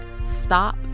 stop